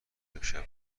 امشب